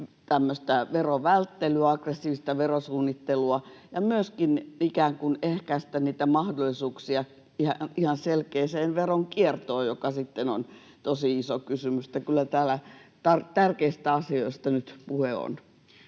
tämmöistä verovälttelyä, aggressiivista verosuunnittelua ja myöskin ehkäistä niitä mahdollisuuksia ihan selkeään veronkiertoon, joka sitten on tosi iso kysymys. Eli kyllä täällä tärkeistä asioista nyt puhe on.